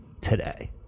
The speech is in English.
today